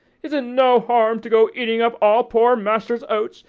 is it no harm to go eating up all poor master's oats,